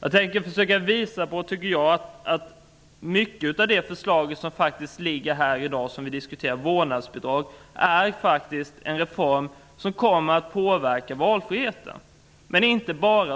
Jag tänker försöka visa att mycket i förslaget om vårdnadsbidrag som vi diskuterar här i dag faktiskt innebär en reform som kommer att påverka valfriheten -- men inte bara